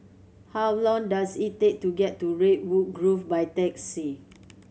how long does it take to get to Redwood Grove by taxi